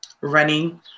running